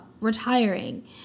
retiring